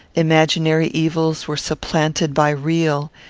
imaginary evils were supplanted by real,